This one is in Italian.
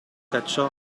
cacciò